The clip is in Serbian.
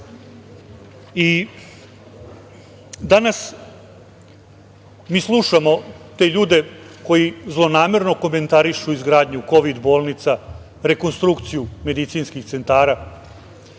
mi slušamo te ljude koji zlonamerno komentarišu izgradnju kovid bolnica, rekonstrukciju medicinskih centara,